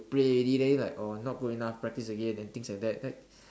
play already then like oh not good enough practice again and things like that like